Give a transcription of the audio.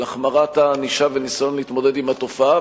החמרת הענישה וניסיון להתמודד עם התופעה,